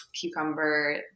cucumber